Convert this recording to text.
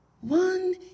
One